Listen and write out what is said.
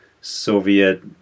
Soviet